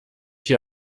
hier